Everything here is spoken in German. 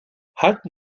halten